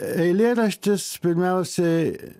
eilėraštis pirmiausiai